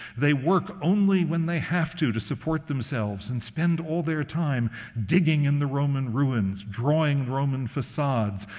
they work only when they have to to support themselves and spend all their time digging in the roman ruins, drawing roman facades.